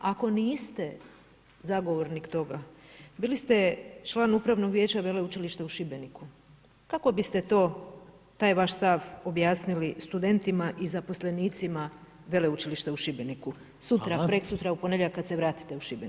Ako niste zagovornik toga, bili ste član upravnog vijeća Veleučilišta u Šibeniku, kako bi ste taj vaš stav objasnili studentima i zaposlenicima Veleučilišta u Šibeniku, sutra, preksutra, u ponedjeljak kad se vratite u Šibenik?